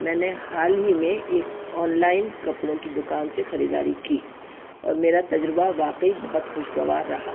میں نے حال ہی میں ایک آن لائن کپڑوں کی دکان سے خریداری کی اور میرا تجربہ واقعی بہت خوشگوار رہا